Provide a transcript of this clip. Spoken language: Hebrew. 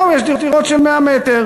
והיום יש דירות של 100 מ"ר.